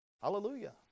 Hallelujah